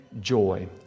joy